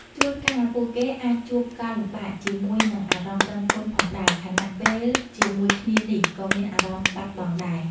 ជួនកាលពួកគេអាចជួបការលំបាកជាមួយនឹងអារម្មណ៍ដឹងគុណផងដែរ ខណៈពេលជាមួយគ្នានេះក៏មានអារម្មណ៍បាត់បង់ដែរ។